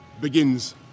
begins